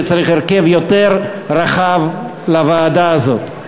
שצריך הרכב יותר רחב לוועדה הזאת.